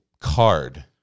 card